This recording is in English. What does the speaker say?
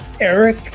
Eric